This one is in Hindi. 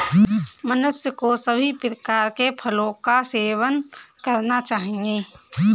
मनुष्य को सभी प्रकार के फलों का सेवन करना चाहिए